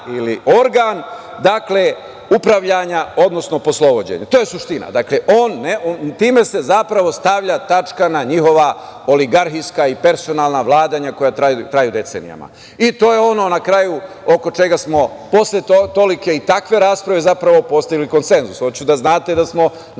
ili organ upravljanja, odnosno poslovođenja. To je suština. Dakle, time se zapravo stavlja tačka na njihova oligarhijska i personalna vladanja koja traju decenijama i to je ono na kraju oko čega smo posle tolike i takve rasprave zapravo postigli konsenzus. Hoću da znate da smo na kraju